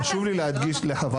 חשוב לי להבהיר לחבר